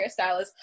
hairstylists